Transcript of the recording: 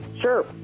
Sure